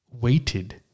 weighted